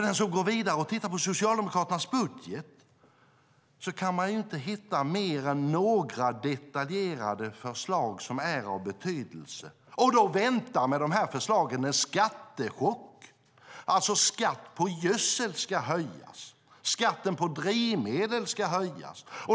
Den som går vidare och tittar på Socialdemokraternas budget kan inte hitta mer än några detaljerade förslag av betydelse, men med dem väntar en skattechock. Skatten på gödsel och skatten på drivmedel ska höjas.